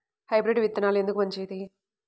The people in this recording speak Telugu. హైబ్రిడ్ విత్తనాలు ఎందుకు మంచిది?